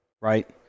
right